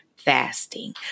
fasting